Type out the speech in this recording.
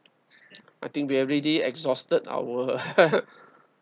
I think we already exhausted our